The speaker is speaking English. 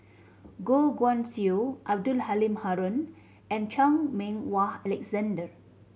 Goh Guan Siew Abdul Halim Haron and Chan Meng Wah Alexander